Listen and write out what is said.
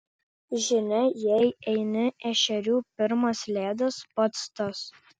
žinia jei eini ešerių pirmas ledas pats tas